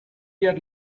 yet